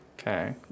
Okay